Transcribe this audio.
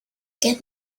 get